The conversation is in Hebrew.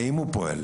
האם הוא פועל.